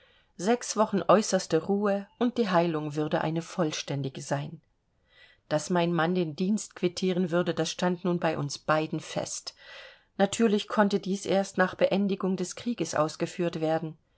sechs wochen äußerste ruhe und die heilung würde eine vollständige sein daß mein mann den dienst quittieren würde das stand nun bei uns beiden fest natürlich konnte dies erst nach beendigung des krieges ausgeführt werden